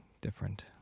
different